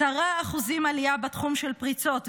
10% עלייה בתחום של פריצות,